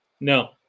no